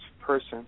person